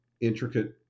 intricate